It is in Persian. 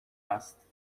است